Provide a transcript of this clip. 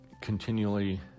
continually